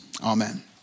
Amen